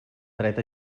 dret